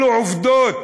אלה עובדות,